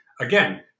Again